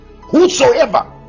whosoever